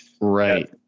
right